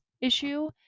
issue